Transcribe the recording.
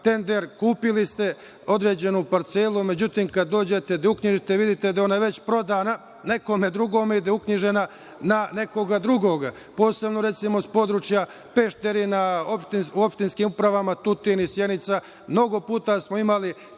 tender, kupili ste određenu parcelu, međutim, kad dođete da uknjižite, vidite da je ona već prodata nekom drugom i da je uknjižena na nekog drugog. Posebno, recimo, s područja Pešter, u opštinskim upravama Tutin i Sjenica, mnogo puta smo imali